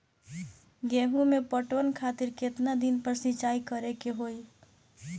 गेहूं में पटवन खातिर केतना दिन पर सिंचाई करें के होई?